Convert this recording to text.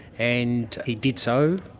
and he did so.